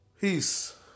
Peace